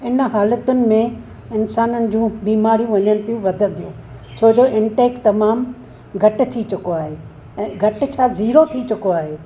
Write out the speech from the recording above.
इन हालतुनि में इंसाननि जूं बीमारियूं वञनि थियूं वधंदियूं छो त इनटेक तमामु घटी थी चुको आहे ऐं घटि छा ज़ीरो थी चुको आहे